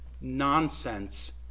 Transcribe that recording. Nonsense